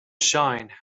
shine